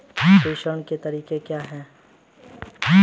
प्रेषण के तरीके क्या हैं?